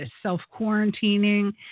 self-quarantining